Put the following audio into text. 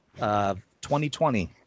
2020